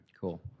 Cool